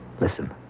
Listen